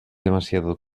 demasiado